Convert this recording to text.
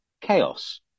chaos